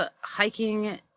hiking